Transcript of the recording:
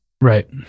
Right